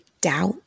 doubt